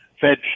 Fed